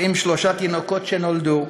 / אך עם שלושה תינוקות שנולדו,